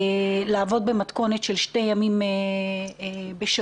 לעבוד במתכונת של שני ימים בשבוע.